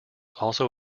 also